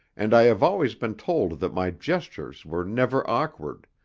and i have always been told that my gestures were never awkward,